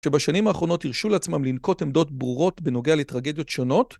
שבשנים האחרונות הרשו לעצמם לנקוט עמדות ברורות בנוגע לטרגדיות שונות.